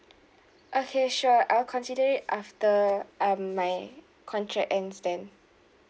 okay sure I'll consider it after um my contract ends then